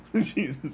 Jesus